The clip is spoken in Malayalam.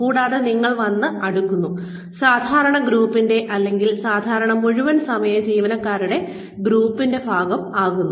കൂടാതെ നിങ്ങൾ വന്ന് അടുക്കുന്നു സാധാരണ ഗ്രൂപ്പിന്റെ അല്ലെങ്കിൽ സാധാരണ മുഴുവൻ സമയ ജീവനക്കാരുടെ ഗ്രൂപ്പിന്റെ ഭാഗമാകുന്നു